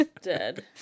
Dead